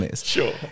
Sure